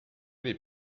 les